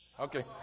Okay